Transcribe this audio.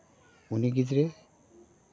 ᱩᱱᱤ ᱜᱤᱫᱽᱨᱟᱹ